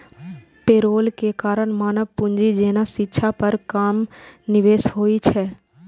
payroll के कारण मानव पूंजी जेना शिक्षा पर कम निवेश होइ छै